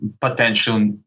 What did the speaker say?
potential